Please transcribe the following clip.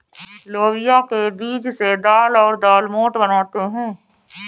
लोबिया के बीजो से दाल और दालमोट बनाते है